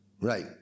Right